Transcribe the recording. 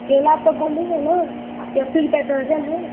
केला तो बोले हैं ना कि अस्सी रुपये दर्जन है